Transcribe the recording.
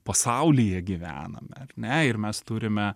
pasaulyje gyvenam ar ne ir mes turime